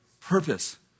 purpose